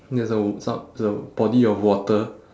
there's a w~ so~ it's a body of water